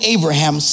Abraham